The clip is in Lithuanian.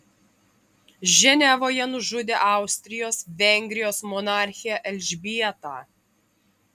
ženevoje nužudė austrijos vengrijos monarchę elžbietą